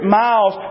miles